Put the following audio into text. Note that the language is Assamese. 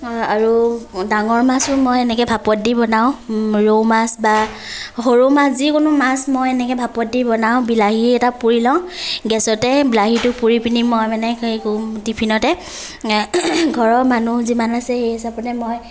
আৰু ডাঙৰ মাছো মই এনেকে ভাপত দি বনাওঁ ৰৌ মাছ বা সৰু মাছ যিকোনো মাছ মই এনেকে ভাপত দি বনাওঁ বিলাহী এটা পুৰি লওঁ গেছতে বিলাহীটো পুৰি পিনি মই মানে সেই কৰোঁ টিফিনতে ঘৰৰ মানুহ যিমান আছে সেই হিচাপতে মই